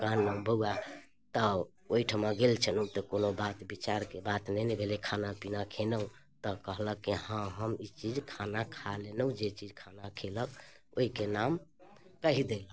कहलहुँ बउआ तऽ ओहिठाम गेल छलहुँ तऽ बात विचारके बात नइ ने भेलै खाना पीना खेलहुँ तऽ कहलक कि हाँ हम ई चीज खाना खा लेलहुँ जे चीज खाना खेलक ओहिके नाम कहि देलक